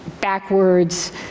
backwards